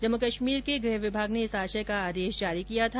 जम्मू कश्मीर के गृह विभाग ने इस आशय का आदेश जारी किया था